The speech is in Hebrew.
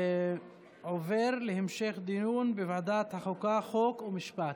עוברת להמשך דיון בוועדת החוקה, חוק ומשפט.